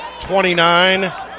29